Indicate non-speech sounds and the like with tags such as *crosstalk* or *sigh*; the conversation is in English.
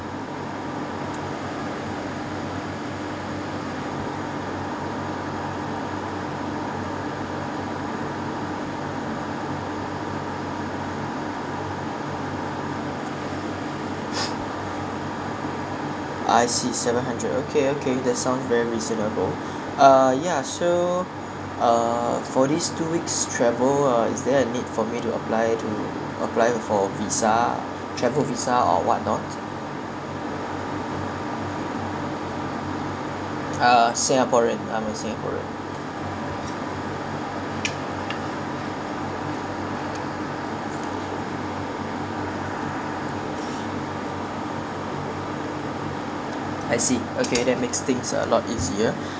I see seven hundred okay okay that sounds very reasonable *breath* uh ya so uh for these two weeks travel uh is there a need for me to apply to apply for visa travel visa or what not uh singaporean I'm a singaporean I see okay that makes things a lot easier *breath*